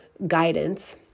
guidance